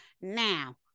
Now